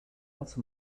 else